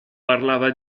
parlava